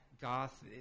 goth